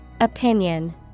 Opinion